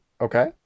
Okay